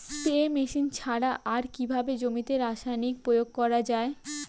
Spray machine ছাড়া আর কিভাবে জমিতে রাসায়নিক প্রয়োগ করা যায়?